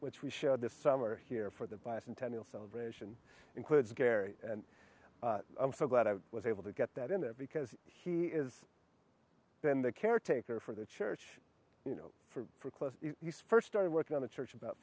which we showed this summer here for the bicentennial celebration includes gary and i'm so glad i was able to get that in it because he is been the caretaker for the church you know for for clothes you first started working on the church about